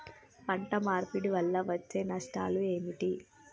పంట మార్పిడి వల్ల వచ్చే నష్టాలు ఏమిటి?